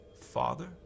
Father